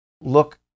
look